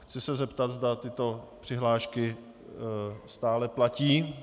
Chci se zeptat, zda tyto přihlášky stále platí.